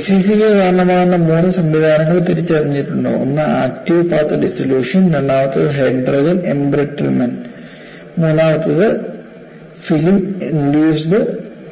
എസ്സിസിക്ക് കാരണമാകുന്ന മൂന്ന് സംവിധാനങ്ങൾ തിരിച്ചറിഞ്ഞിട്ടുണ്ട് ഒന്ന് ആക്ടീവ് പാത്ത് ഡിസൊല്യൂഷൻ രണ്ടാമത്തേത് ഹൈഡ്രജൻ എംബ്രിട്ടിൽമെൻറ് മൂന്നാമത്തേത് ഫിലിം ഇൻഡ്യൂസ്ഡ്